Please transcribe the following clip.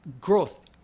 growth